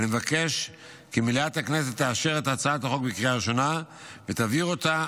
אני מבקש כי מליאת הכנסת תאשר את הצעת החוק בקריאה ראשונה ותעביר אותה